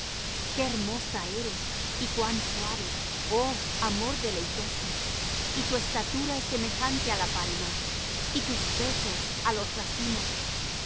qué hermosa eres y cuán suave oh amor deleitoso y tu estatura es semejante á la palma y tus pechos á los racimos